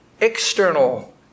external